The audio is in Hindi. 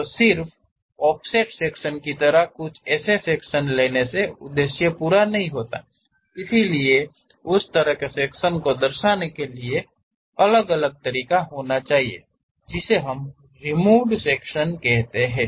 तो सिर्फ ऑफसेट सेक्शन की तरह कुछ ऐसे सेक्शन लेने से उद्देश्य पूरा नहीं होता है इसलिए उस तरह के सेक्शनो को दर्शाने के लिए कोई एक अलग तरीका होना चाहिए जिसे हम रिमुव्ड़ सेक्शन कहते हैं